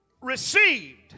received